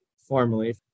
Formally